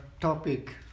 topic